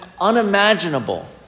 unimaginable